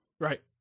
Right